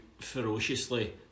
ferociously